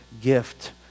gift